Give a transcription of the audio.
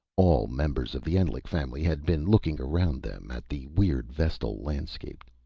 all members of the endlich family had been looking around them at the weird vestal landscape.